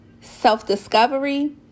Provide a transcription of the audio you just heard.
self-discovery